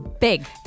Big